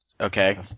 okay